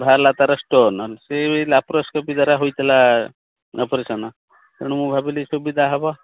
ବାହାରିଲା ତାର ଷ୍ଟୋନ୍ ସିଏ ବି ଲାପ୍ରୋସ୍କୋପି ଦ୍ୱାରା ହୋଇଥିଲା ଅପରେସନ୍ ତେଣୁ ମୁଁ ଭାବିଲି ସୁବିଧା ହେବ